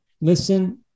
listen